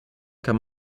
kann